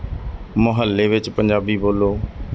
ਮੁਹੱਲੇ ਵਿੱਚ ਪੰਜਾਬੀ ਬੋਲੋ